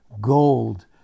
gold